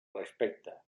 respecte